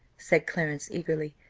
said clarence, eagerly,